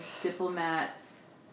diplomat's